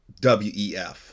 WEF